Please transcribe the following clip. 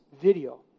video